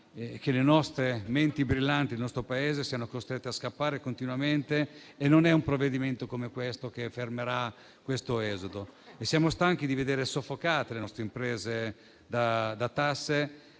che le menti brillanti del nostro Paese siano costrette a scappare continuamente e non è un provvedimento come quello in esame che fermerà l'esodo. Siamo stanchi di vedere soffocate le nostre imprese da tasse